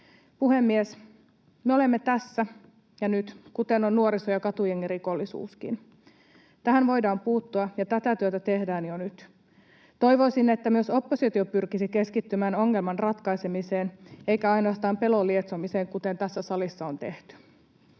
Puhemies! Me olemme tässä ja nyt, kuten on nuoriso- ja katujengirikollisuuskin. Tähän voidaan puuttua, ja tätä työtä tehdään jo nyt. Toivoisin, että myös oppositio pyrkisi keskittymään ongelman ratkaisemiseen eikä ainoastaan pelon lietsomiseen, kuten tässä salissa on tehty.